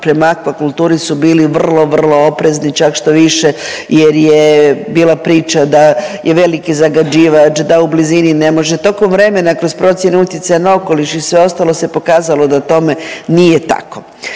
prema akvakulturi su bili vrlo, vrlo oprezni čak štoviše jer je bila priča da je veliki zagađivač, da u blizini ne može, tokom vremena kroz procjene utjecaja na okoliš i sve ostalo se pokazalo da tome nije tako.